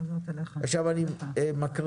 אני מן